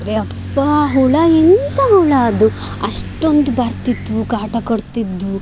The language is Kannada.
ಆದರೆ ಯಪ್ಪಾ ಹುಳು ಎಂಥ ಹುಳು ಅದು ಅಷ್ಟೊಂದು ಬರ್ತಿದ್ದವು ಕಾಟ ಕೊಡ್ತಿದ್ದವು